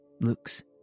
looks